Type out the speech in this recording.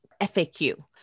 FAQ